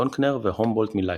דונקנר והומבולדט מלייפציג.